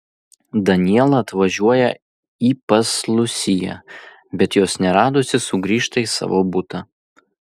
daniela atvažiuoja į pas lusiją bet jos neradusi sugrįžta į savo butą